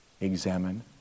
Examine